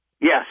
Yes